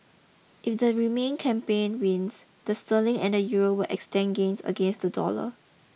if the remain campaign wins the sterling and the Euro will extend gains against the dollar